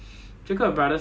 officer